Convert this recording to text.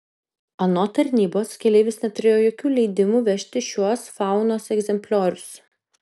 anot tarnybos keleivis neturėjo jokių leidimų vežti šiuos faunos egzempliorius